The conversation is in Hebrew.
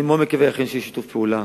אני מאוד מקווה שאכן יהיה שיתוף פעולה